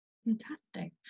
Fantastic